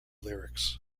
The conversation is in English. lyrics